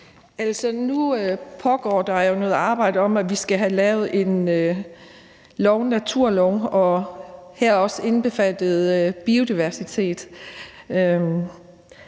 Nu pågår der jo noget arbejde med, at vi skal have lavet en naturlov, og her skal biodiversitet